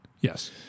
Yes